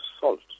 salt